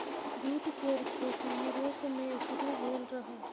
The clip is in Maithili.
जूट केर खेती युरोप मे शुरु भेल रहइ